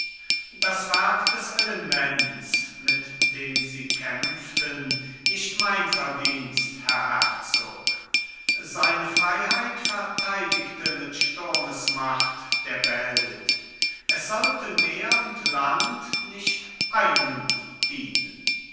das werk des elements mit dem sie kämpften nicht mein verdienst herr herzog seine freiheit verteidigte mit sturmes macht der belt es sollte meer und land nicht einem dienen